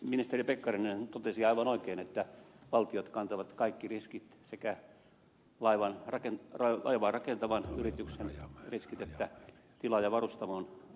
ministeri pekkarinen totesi aivan oikein että valtiot kantavat kaikki riskit sekä laivaa rakentavan yrityksen riskit että tilaajavarustamon riskit